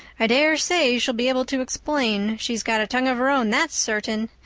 i dare say she'll be able to explain she's got a tongue of her own, that's certain.